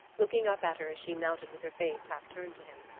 looking up at her as she mounted with her face half turned to him.